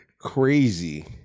Crazy